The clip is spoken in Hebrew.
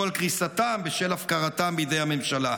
על קריסתם בשל הפקרתם בידי הממשלה,